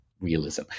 realism